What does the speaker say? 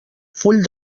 full